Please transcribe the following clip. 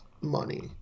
money